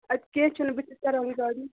اَدٕ کیٚنٛہہ چھُنہٕ بہٕ چھَس کَران یہِ گاڈنِنٛگ